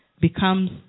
becomes